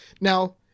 Now